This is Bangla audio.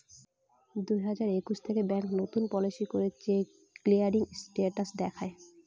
দুই হাজার একুশ থেকে ব্যাঙ্ক নতুন পলিসি করে চেক ক্লিয়ারিং স্টেটাস দেখায়